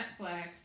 Netflix